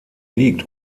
liegt